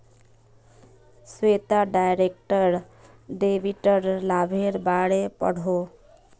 Shweta direct डेबिटेर लाभेर बारे पढ़ोहो